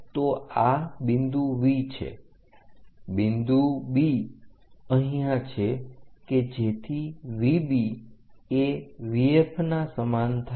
તો આ બિંદુ V છે બિંદુ B અહીંયા છે કે જેથી VB એ VF ના સમાન થાય